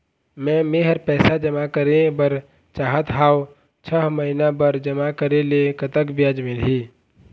मे मेहर पैसा जमा करें बर चाहत हाव, छह महिना बर जमा करे ले कतक ब्याज मिलही?